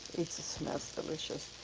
it smells delicious.